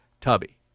Tubby